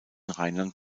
rheinland